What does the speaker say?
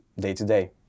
day-to-day